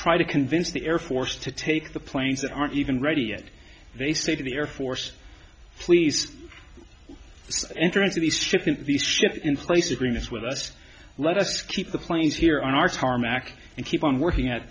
try to convince the air force to take the planes that aren't even ready yet they say to the air force please enter into these ships and these ship in place agreements with us let us keep the planes here on our tarmac and keep on working at